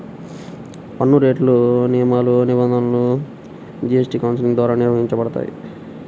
పన్నురేట్లు, నియమాలు, నిబంధనలు జీఎస్టీ కౌన్సిల్ ద్వారా నిర్వహించబడతాయి